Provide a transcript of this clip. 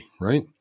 right